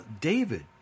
David